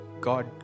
God